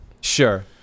Sure